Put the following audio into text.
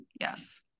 Yes